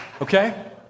okay